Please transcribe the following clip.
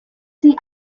sie